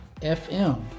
FM